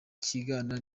kigana